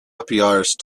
apiarist